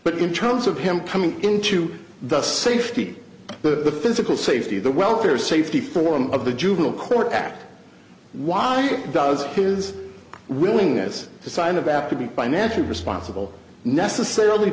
but in terms of him coming into the safety the physical safety the welfare safety forum of the juvenile court act why does his willingness to sign a back to be financially responsible necessarily